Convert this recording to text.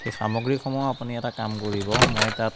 সেই সামগ্ৰীসমূহ আপুনি এটা কাম কৰিব মই তাত